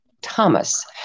Thomas